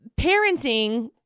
parenting